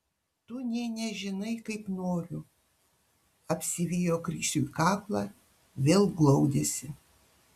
tu nė nežinai kaip noriu apsivijo krisiui kaklą vėl glaudėsi